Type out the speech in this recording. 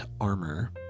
armor